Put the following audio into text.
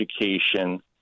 education